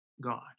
God